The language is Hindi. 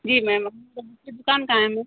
जी मैम आपकी दुकान कहाँ है मैम